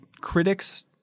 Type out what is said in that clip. critics